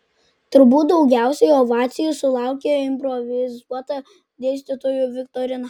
turbūt daugiausiai ovacijų sulaukė improvizuota dėstytojų viktorina